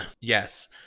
Yes